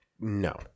No